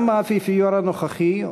גם האפיפיור הנוכחי,